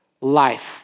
Life